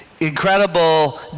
incredible